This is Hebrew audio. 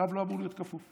רב לא אמור להיות כפוף.